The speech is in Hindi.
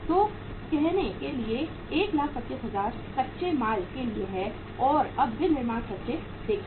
तो कहने के लिए 125000 कच्चे माल के लिए है और अब विनिर्माण खर्च देखें